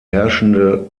herrschende